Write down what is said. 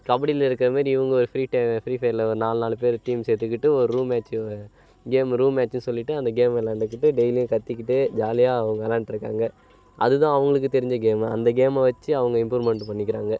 கபடியில் இருக்கிற மாரி இவங்க ஒரு ஃப்ரீ டைம் ஃப்ரீ ஃபயரில் ஒரு நாலு நாலு பேர் டீம் சேர்த்துக்கிட்டு ஒரு ரூம் மேட்சை கேமு ரூம் மேட்சின்னு சொல்லிகிட்டு அந்த கேமு விளாண்டுக்கிட்டு டெய்லியும் கற்றிக்கிட்டு ஜாலியாக அவங்க விளாண்ட்ருக்காங்க அது தான் அவங்களுக்கு தெரிஞ்ச கேமு அந்த கேமு வச்சி அவங்க இம்ப்ரூமெண்ட்டு பண்ணிக்கிறாங்க